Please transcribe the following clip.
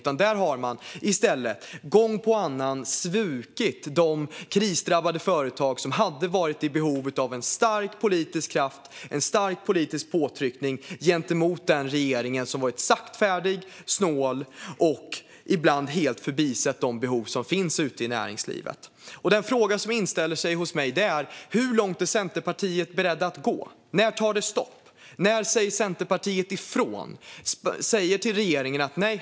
Man har i stället gång på annan svikit de krisdrabbade företag som hade varit i behov av en stark politisk kraft och en stark politisk påtryckning gentemot den regering som varit saktfärdig och snål och ibland helt förbisett de behov som finns ute i näringslivet. Den fråga som inställer sig hos mig är: Hur långt är Centerpartiet berett att gå? När tar det stopp? När säger Centerpartiet ifrån till regeringen?